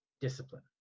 discipline